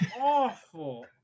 awful